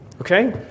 Okay